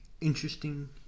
interesting